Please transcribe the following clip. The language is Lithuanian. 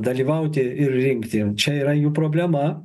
dalyvauti ir rinkti čia yra jų problema